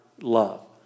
love